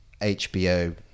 HBO